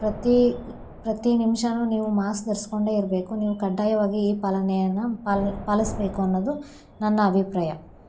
ಪ್ರತಿ ಪ್ರತಿ ನಿಮಿಷಾನೂ ನೀವು ಮಾಸ್ಕ್ ಧರಿಸಿಕೊಂಡೇ ಇರಬೇಕು ನೀವು ಕಡ್ಡಾಯವಾಗಿ ಈ ಪಾಲನೆಯನ್ನು ಪ ಪಾಲಿಸ್ಬೇಕು ಅನ್ನೋದು ನನ್ನ ಅಭಿಪ್ರಾಯ